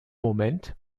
moment